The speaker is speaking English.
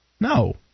No